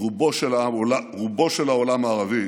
רובו של העולם הערבי